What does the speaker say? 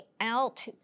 out